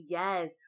Yes